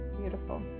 beautiful